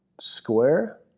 square